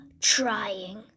trying